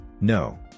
No